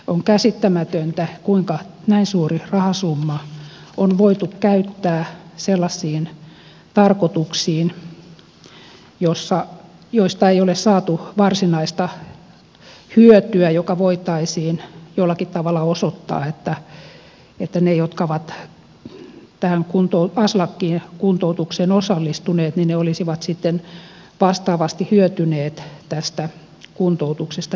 on käsittämätöntä kuinka näin suuri rahasumma on voitu käyttää sellaisiin tarkoituksiin joista ei ole saatu varsinaista hyötyä joka voitaisiin jollakin tavalla osoittaa että ne jotka ovat tähän aslak kuntoutukseen osallistuneet olisivat sitten vastaavasti hyötyneet tästä kuntoutuksesta jollakin tavalla